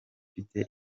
mfite